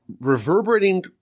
reverberating